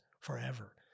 forever